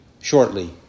shortly